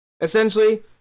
Essentially